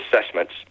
assessments